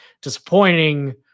disappointing –